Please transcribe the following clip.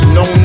no